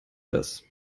das